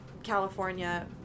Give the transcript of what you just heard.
California